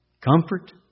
comfort